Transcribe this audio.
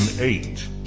eight